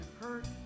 hurt